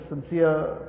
sincere